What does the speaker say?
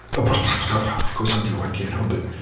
ah but of course, i do. i can't help it.